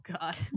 God